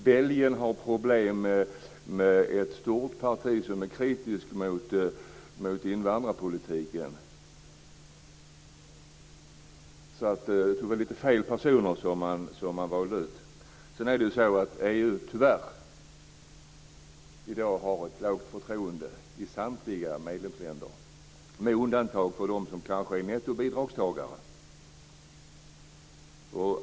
Belgien har problem med ett stort parti som är kritiskt mot invandrarpolitiken. Så jag tror att det var lite fel personer som man valde ut. Sedan är det ju så att EU, tyvärr, i dag har ett lågt förtroende i samtliga medlemsländer, kanske med undantag för dem som är nettobidragstagare.